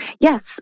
Yes